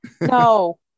no